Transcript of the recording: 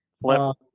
Flip